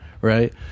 right